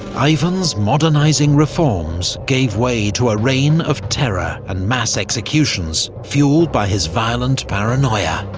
ivan's modernising reforms gave way to a reign of terror and mass executions, fuelled by his violent paranoia.